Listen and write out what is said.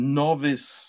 novice